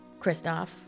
Kristoff